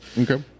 Okay